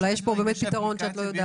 אולי יש פה באמת פתרון שאת לא יודעת עליו.